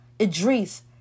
Idris